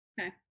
okay